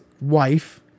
wife